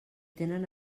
tenen